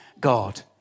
God